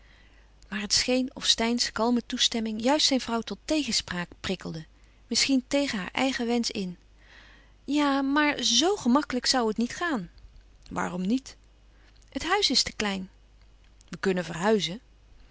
maar het scheen of steyns kalme toestemming juist zijn vrouw tot tegenspraak prikkelde misschien tegen haar eigen wensch in ja maar zoo gemakkelijk zoû het niet gaan waarom niet het huis is te klein we kunnen verhuizen